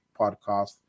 podcast